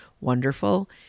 wonderful